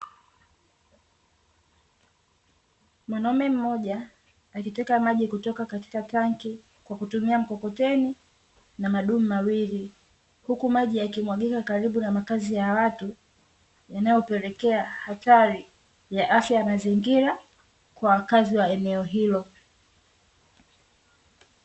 Mwanaume mmoja akiteka maji kutoka katika tanki kwa kutumia mkokoteni na madumu mawili, huku maji yakimwagika karibu na makazi ya watu yanayopelekea hatari ya afya ya mazingira, kwa wakazi wa eneo hilo.